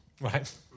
right